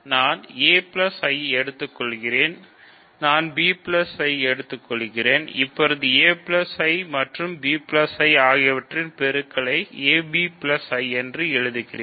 நான் a I எடுத்துக்கொள்கிறேன் நான் b I எடுத்துக்கொள்கிறேன் இப்போது a I மற்றும் b I ஆகியவற்றின் பெருக்கலை ab I என்று வரையறுக்கிறேன்